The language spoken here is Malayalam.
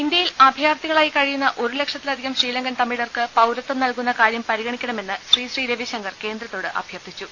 ഇന്ത്യയിൽ അഭയാർത്ഥികളായി കഴിയുന്ന ഒരു ലക്ഷത്തില ധികം ശ്രീലങ്കൻ തമിഴർക്ക് പൌരത്വം നൽകുന്ന കാര്യം പരിഗണി ക്കണമെന്ന് ശ്രീ ശ്രീ രവിശങ്കർ കേന്ദ്രത്തോട് അഭ്യർത്ഥിച്ചു